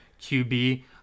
QB